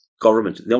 government